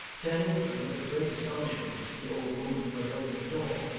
turning with a look of great astonishment to the old woman who had opened the door,